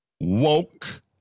woke